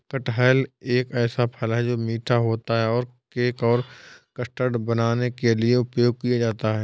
कटहल एक ऐसा फल है, जो मीठा होता है और केक और कस्टर्ड बनाने के लिए उपयोग किया जाता है